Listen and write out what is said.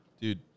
Dude